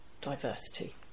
diversity